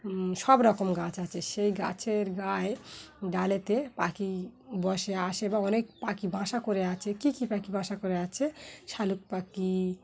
সব রকম গাছ আছে সেই গাছের গায়ে ডালেতে পাখি বসে আসে বা অনেক পাখি বাসা করে আছে কী কী পাখি বাসা করে আছে শালিক পাখি